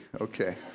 Okay